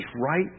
right